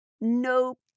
Nope